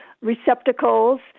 receptacles